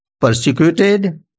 Persecuted